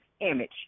image